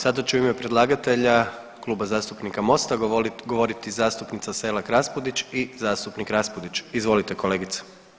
Sada će u ime predlagatelja Kluba zastupnika Mosta govoriti zastupnica Selak Raspudić i zastupnik Raspudić, izvolite kolegice.